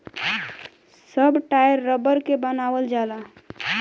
सब टायर रबड़ के बनावल जाला